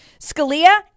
Scalia